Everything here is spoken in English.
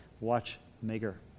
watchmaker